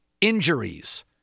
Injuries